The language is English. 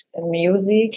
music